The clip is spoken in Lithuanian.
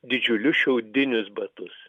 didžiulius šiaudinius batus